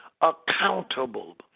accountable